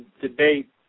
debate